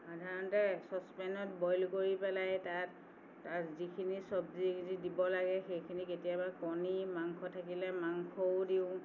সাধাৰণতে চচপেনত বইল কৰি পেলাই তাত যিখিনি চব্জি দিব লাগে সেইখিনি কেতিয়াবা কণী মাংস থাকিলে মাংসও দিওঁ